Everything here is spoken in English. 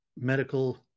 medical